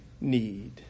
need